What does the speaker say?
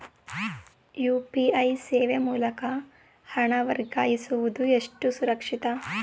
UPI ಸೇವೆ ಮೂಲಕ ಹಣ ವರ್ಗಾಯಿಸುವುದು ಎಷ್ಟು ಸುರಕ್ಷಿತ?